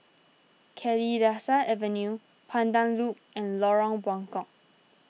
Kalidasa Avenue Pandan Loop and Lorong Buangkok